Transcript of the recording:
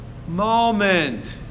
Moment